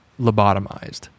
lobotomized